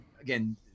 again